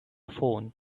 phone